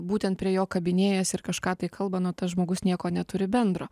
būtent prie jo kabinėjasi ir kažką tai kalba nu tas žmogus nieko neturi bendro